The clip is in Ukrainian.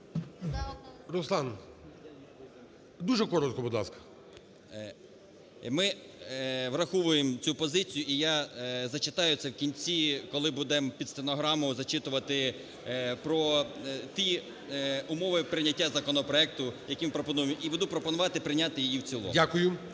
Руслан, дуже коротко, будь ласка. 17:04:01 ДЕМЧАК Р.Є. Ми враховуємо цю позицію, і я зачитаю це в кінці, коли будем під стенограму зачитувати про ті умови прийняття законопроекту, які пропонуєм, і буду пропонувати прийняти її в цілому.